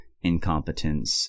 incompetence